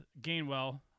Gainwell